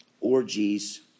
orgies